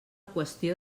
qüestió